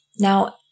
Now